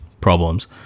problems